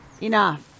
enough